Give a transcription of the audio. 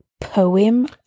poem